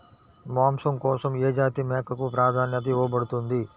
మాంసం కోసం ఏ జాతి మేకకు ప్రాధాన్యత ఇవ్వబడుతుంది?